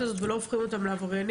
הזאת ולא הופכים אותם לעבריינים,